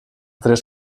tres